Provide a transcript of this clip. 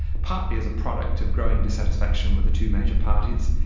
partly as a product of growing dissatisfaction with the two major parties,